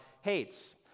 hates